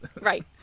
Right